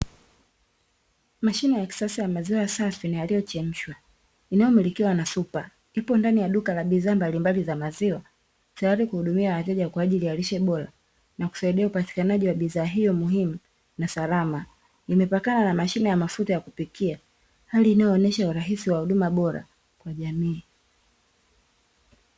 Mashine ya kisasa ya maziwa safi na yaliyochemshwa inayomilikiwa na Supa ipo ndani ya duka la bidhaa mbalimbali za maziwa, tayari kuhudumia wateja kwaajili ya lishe bora, husaidia upatikanaji wa bidhaa hiyo muhimu na salama, imepakana na mashine ya mafuta ya kupikia, hali inyoonyesha urahisi wa huduma bora ya jamii.